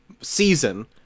season